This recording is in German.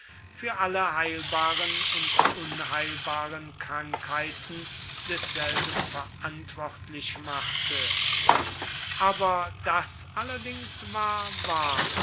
für alle heilbaren und unheilbaren krankheiten desselben verantwortlich machte aber das allerdings war wahr